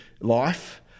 life